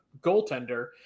goaltender